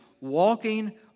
walking